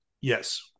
Yes